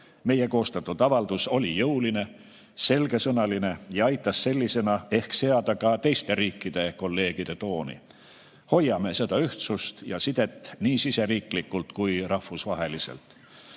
Meie koostatud avaldus oli jõuline, selgesõnaline ja aitas sellisena ehk seada ka teiste riikide kolleegide tooni. Hoiame seda ühtsust ja sidet nii siseriiklikult kui ka rahvusvaheliselt.